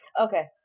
Okay